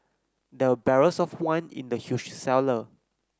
there barrels of wine in the huge cellar